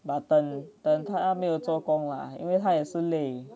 but 等等他没有做工啦因为他也是累